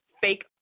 fake